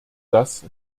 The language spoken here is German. das